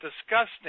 disgusting